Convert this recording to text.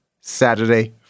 Saturday